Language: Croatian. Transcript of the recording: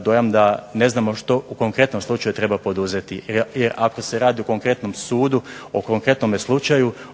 dojam da ne znamo što u konkretnom slučaju treba poduzeti. Jer ako se radi o konkretnom sudu, o konkretnome slučaju